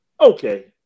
Okay